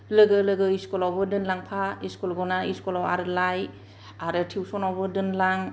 लोगो लोगो स्कुलावबो दोनलांफा स्कुल गनानै आरो स्कुल निफ्राय लाय आरो टिउशनावबो दोनलां